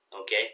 Okay